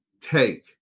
take